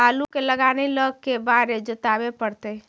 आलू के लगाने ल के बारे जोताबे पड़तै?